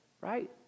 right